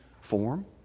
form